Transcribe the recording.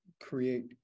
create